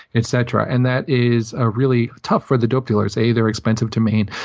et cetera. and that is ah really tough for the dope dealers. a, they're expensive to main.